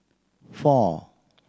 four